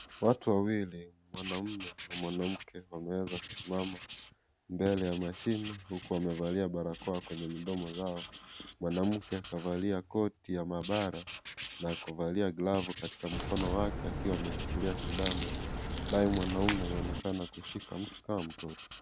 Watu wawili, mwanamke ma mwanaume wameweza kusimama mbele ya mashine huku wamevalia barakoa kwenye midomo zao. Mwanamke kavalia koti la maabara na kuvalia glavu katika mkono wake akiwa ameshikilia sindano naye mwanaume akionekana kushika mtu kama mtoto.